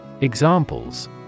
Examples